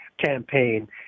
campaign